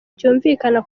cyumvikana